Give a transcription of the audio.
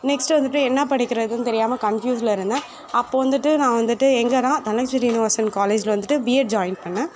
next வந்துட்டு என்ன படிக்கிறதுன்னு தெரியாமல் கன்ஃப்யூஸ்ல இருந்தேன் அப்போது வந்துட்டு நான் வந்துட்டு எங்கன்னா சீனிவாசன் காலேஜ்ல வந்துட்டு பிஎட் ஜாயின் பண்ணேன்